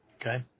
Okay